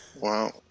Wow